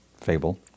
fable